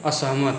असहमत